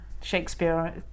Shakespeare